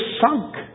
sunk